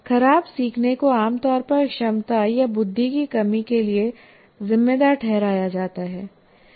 खराब सीखने को आमतौर पर क्षमता या बुद्धि की कमी के लिए जिम्मेदार ठहराया जाता है